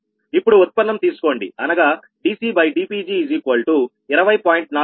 ఇప్పుడు ఉత్పన్నం తీసుకోండి అనగా dCdPg20